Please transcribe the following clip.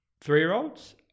three-year-olds